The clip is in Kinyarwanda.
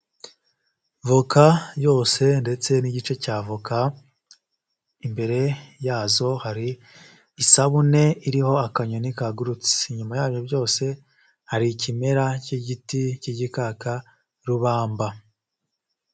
Voka yose ndetse n'igice cy'avoka, imbere yazo hari isabune iriho akanyoni kagurutse, inyuma yabyo byose hari ikimera cy'igiti cy'igikakarubamba.